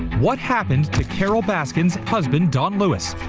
what happened to carol baskin husband on lewis.